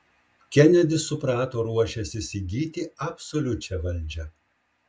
kenedis suprato ruošiąsis įgyti absoliučią valdžią